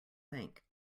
think